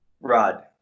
Rod